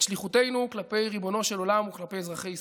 את שליחותנו כלפי ריבונו של עולם וכלפי אזרחי ישראל.